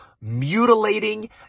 mutilating